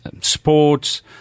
sports